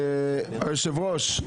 היושב-ראש,